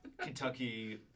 Kentucky